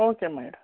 okay ಅಮ್ಮ ಇಡು